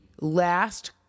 last